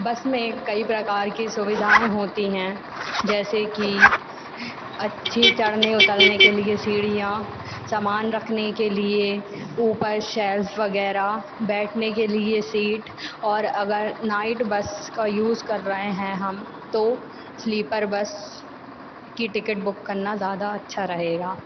बस में कई प्रकार की सुविधाएँ होती हैं जैसे कि अच्छी चढ़ने उतरने के लिए सीढ़ियाँ सामान रखने के लिए ऊपर शेल्फ़ वगैरह बैठने के लिए सीट और अगर नाइट बस का यूज़ कर रहे हैं हम तो स्लीपर बस की टिकट बुक करना ज़्यादा अच्छा रहेगा